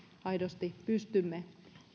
aidosti pystymme